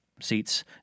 seats